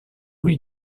lui